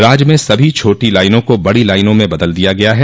राज्य में सभी छोटी लाइनों को बड़ी लाइनों में बदल दिया गया है